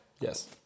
Yes